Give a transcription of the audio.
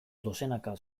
dozenaka